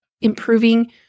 improving